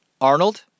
Arnold